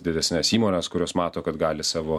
didesnes įmones kurios mato kad gali savo